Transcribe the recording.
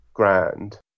grand